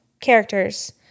characters